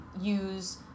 use